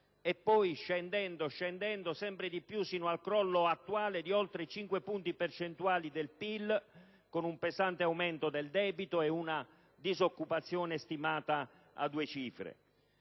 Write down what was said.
e poi scendendo, scendendo sempre più, sino al crollo attuale di oltre 5 punti percentuali del PIL, con un pesante aumento del debito e una disoccupazione stimata a due cifre.